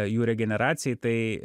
jų regeneracijai tai